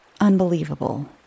unbelievable